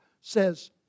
says